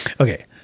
Okay